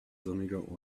sonniger